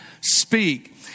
speak